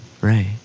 Right